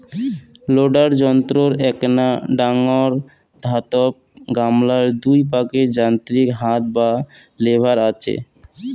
loader যন্ত্রর এ্যাকনা ডাঙর ধাতব গামলার দুই পাকে যান্ত্রিক হাত বা লেভার আচে